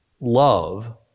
love